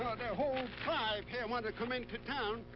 their whole tribe here wanted to come into town.